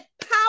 power